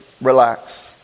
relax